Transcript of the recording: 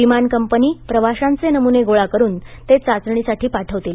विमान कंपनी प्रवाशांचे नमुने गोळा करुन ते चाचणीसाठी पाठवतील